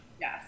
Yes